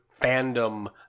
fandom